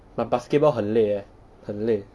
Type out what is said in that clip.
but basketball 很累 eh 很累